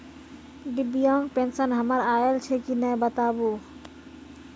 दिव्यांग पेंशन हमर आयल छै कि नैय बताबू?